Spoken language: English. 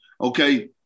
Okay